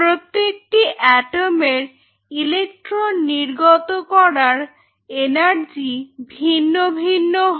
প্রত্যেকটি অ্যাটমের ইলেকট্রন নির্গত করার এনার্জি ভিন্ন ভিন্ন হয়